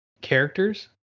characters